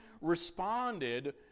responded